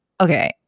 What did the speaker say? okay